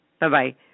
Bye-bye